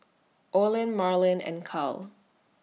Olen Marlyn and Kyle